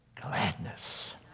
gladness